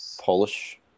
Polish